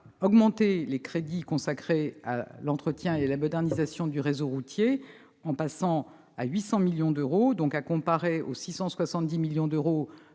augmenté les crédits consacrés à l'entretien et la modernisation du réseau routier en les faisant passer à 800 millions d'euros, à comparer avec les 670 millions d'euros